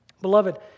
Beloved